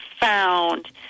found